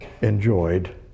enjoyed